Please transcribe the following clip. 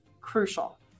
crucial